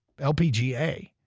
LPGA